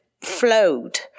flowed